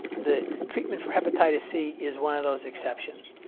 the treatment for hepatitis c is one of those exceptions.